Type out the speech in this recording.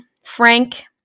Frank